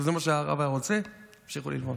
תמשיכו ללמוד.